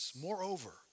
Moreover